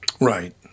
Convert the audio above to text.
Right